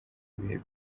ibihe